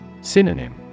Synonym